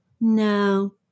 no